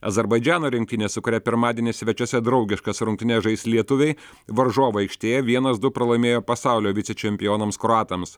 azerbaidžano rinktinė su kuria pirmadienį svečiuose draugiškas rungtynes žais lietuviai varžovų aikštėje vienas du pralaimėjo pasaulio vicečempionams kroatams